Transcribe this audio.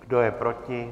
Kdo je proti?